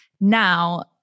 Now